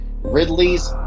Ridley's